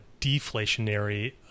deflationary